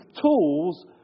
tools